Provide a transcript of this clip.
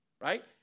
right